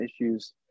issues